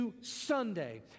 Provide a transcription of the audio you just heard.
Sunday